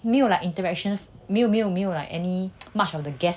没有 like interactions 没有没有没有 like any much of the guests interaction activities